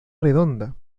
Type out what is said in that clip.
redonda